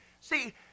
See